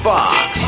Fox